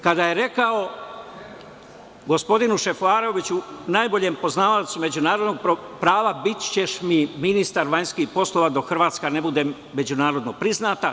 Kada je rekao gospodinu Šefaroviću, najboljem poznavaocu međunarodnog prava, bićeš mi ministar vanjskih poslova dok Hrvatske ne bude međunarodno priznata.